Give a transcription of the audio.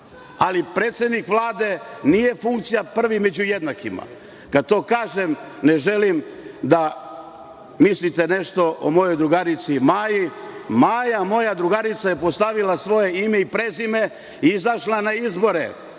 ali predsednik Vlade nije funkcija prvi među jednakima. Kad to kažem, ne želim da mislite nešto o mojoj drugarici Maji. Maja, moja drugarica, je ostavila svoje ime i prezime, izašla na izbore,